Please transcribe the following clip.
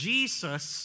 Jesus